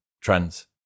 trends